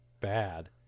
bad